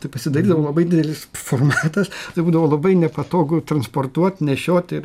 tai pasidarydavo labai didelis pformatas tai būdavo labai nepatogu transportuot nešiot ir